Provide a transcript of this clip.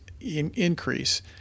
increase